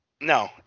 No